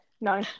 No